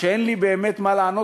הבעיה.